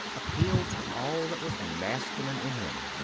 appealed to all that was masculine in him.